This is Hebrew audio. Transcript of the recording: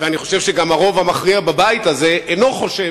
ואני חושב שגם הרוב המכריע בבית הזה אינו חושב